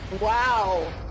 Wow